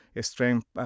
strength